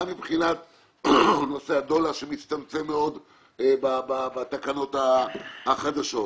גם מבחינת נושא הדולה שמצטמצם מאוד בתקנות החדשות,